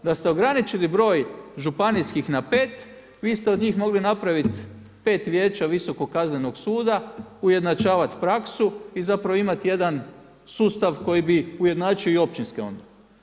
Da ste ograničili broj županijskih na 5, vi ste od njih mogli napraviti 5 vijeća visokog kaznenog suda, ujednačavati praksu i zapravo imati jedan sustav, koji bi ujednačio i općinske onda.